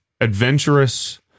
adventurous